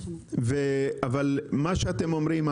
אבל מה שאתם אומרים,